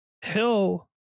Hill